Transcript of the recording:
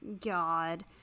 God